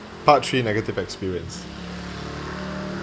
part three negative experience